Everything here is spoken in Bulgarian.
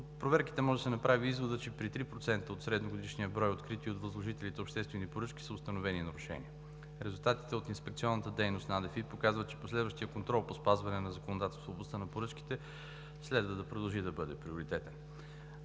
проверките може да се направи изводът, че при 3% от средногодишния брой открити от възложителите обществени поръчки са установени нарушения. Резултатите от инспекционната дейност на Агенцията за държавна финансова инспекция показват, че последващият контрол по спазване на законодателството в областта на поръчките следва да продължи и да бъде приоритетен.